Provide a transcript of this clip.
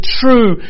true